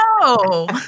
no